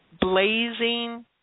blazing